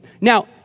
Now